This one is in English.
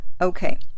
Okay